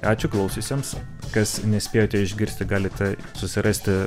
ačiū klausiusiems kas nespėjote išgirsti galite susirasti